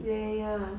ya ya ya